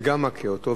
וגם מכה אותו,